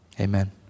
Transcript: Amen